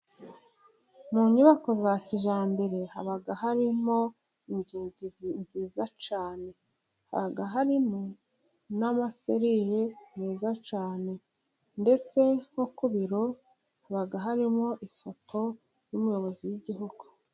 Mu nyubako za kijyambere haba harimo inzugi nziza cyane. Haba harimo n'amaserire meza cyane. Ndetse nko ku biro haba harimo ifoto y'umuyobozi w'igihugu.